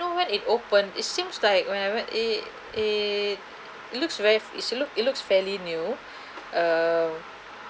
when it opened it seems like wherever it it looks very it's looks fairly new um